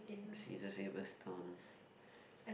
scissors paper stone